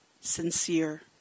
sincere